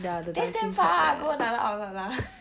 that's damn far go another outlet lah